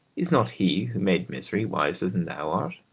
is not he who made misery wiser than thou art?